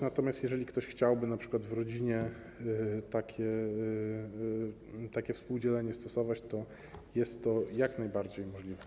Natomiast jeżeli ktoś chciałby np. w rodzinie stosować takie współdzielenie, to jest to jak najbardziej możliwe.